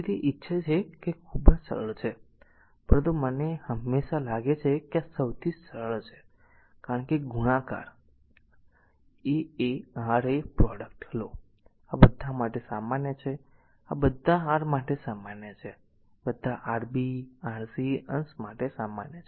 તેથી તે ઇચ્છે તે રીતે ખૂબ જ સરળ છે પરંતુ મને હંમેશા લાગે છે કે આ સૌથી સરળ છે કારણ કે ગુણાકાર a a r a r a product લો અને આ બધા માટે સામાન્ય છે આ બધા r માટે સામાન્ય છે બધા R Rb Rc અંશ માટે સામાન્ય છે